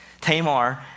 Tamar